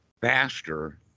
faster